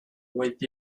with